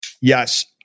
yes